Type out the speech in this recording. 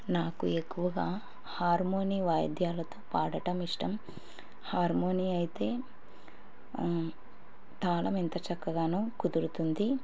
నాకు ఎక్కువగా హార్మోనీ వాయిద్యాలతో పాడటం ఇష్టం హార్మోనీ అయితే తళం ఎంత చక్కగానో కుదురుతుంది